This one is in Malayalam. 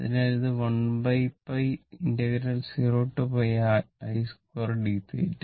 അതിനാൽ ഇത് 1π 0 i2 dθ